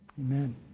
Amen